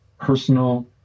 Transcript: personal